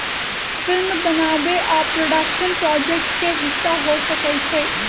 film बनाबे आ production project के हिस्सा हो सकइ छइ